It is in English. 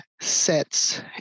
sets